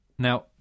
Now